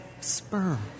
sperm